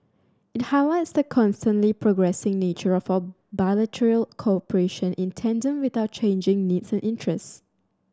it highlights the constantly progressing nature of our bilateral cooperation in tandem with our changing needs and interests